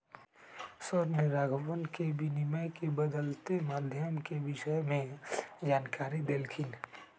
sir ने राघवन के विनिमय के बदलते माध्यम के विषय में जानकारी देल खिन